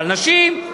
אבל נשים.